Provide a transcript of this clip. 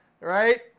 right